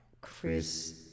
Chris